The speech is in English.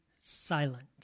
silent